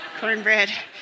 cornbread